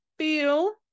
feel